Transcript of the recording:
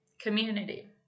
Community